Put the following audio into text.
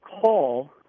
call